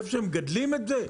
איפה שהם מגדלים את זה,